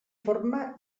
forma